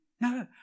No